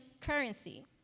currency